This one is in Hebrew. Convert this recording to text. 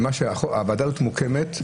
הוועדה הזאת מוקמת,